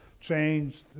change